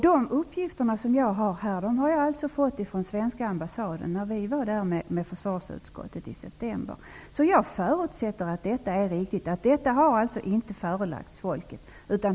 De uppgifter som jag har här, har jag fått från svenska ambassaden när vi var där med försvarsutskottet i september. Jag förutsätter att de är riktiga och att detta inte har förelagts folket.